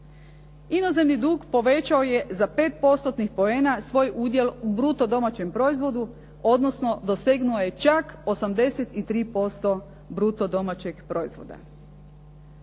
Inozemni dug povećao je za 5 postotnih poena svoj udjel u bruto domaćem proizvodu odnosno dosegnuo je čak 83% bruto domaćeg proizvoda.